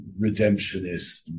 redemptionist